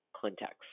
context